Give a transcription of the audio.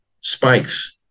spikes